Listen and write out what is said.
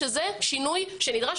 שזה שינוי שנדרש.